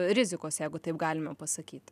rizikos jeigu taip galime pasakyt